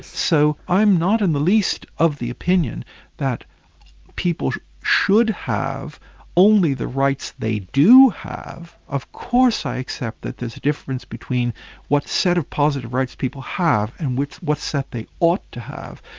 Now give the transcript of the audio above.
so i'm not in the least of the opinion that people should have only the rights they do have. of course i accept that there's a difference between what set of positive rights people have, and what set they ought to have.